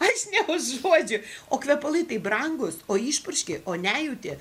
aš neužuodžiu o kvepalai tai brangūs o išpurški o nejauti